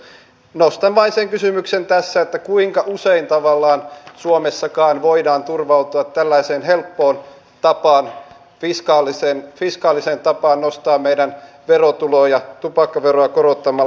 nostan vain sen kysymyksen tässä että kuinka usein tavallaan suomessakaan voidaan turvautua tällaiseen helppoon fiskaaliseen tapaan nostaa meidän verotuloja tupakkaveroa korottamalla